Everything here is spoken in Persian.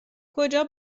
کجا